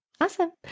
awesome